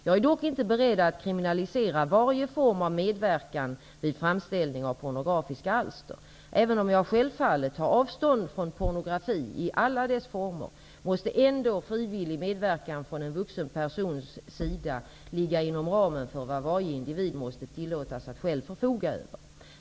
Jag är dock inte beredd att kriminalisera varje form av medverkan vid framställning av pornografiska alster. Även om jag självfallet tar avstånd från pornografi i alla dess former, måste ändå frivillig medverkan från en vuxen persons sida ligga inom ramen för vad varje individ måste tillåtas att själv förfoga över.